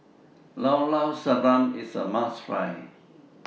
Llao Llao Sanum IS A must Try